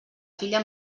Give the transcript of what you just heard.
filla